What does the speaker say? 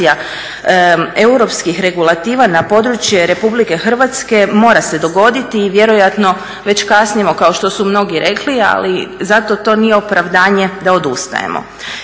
implementacija europskih regulativa na područje RH mora se dogoditi i vjerojatno već kasnimo kao što su mnogi rekli, ali zato to nije opravdanje da odustanemo.